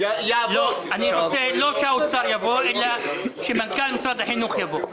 אני רוצה לא שנציג משרד האוצר יבוא אלא שמנכ"ל משרד החינוך יבוא.